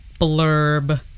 blurb